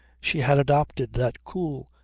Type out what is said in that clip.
she had adopted that cool,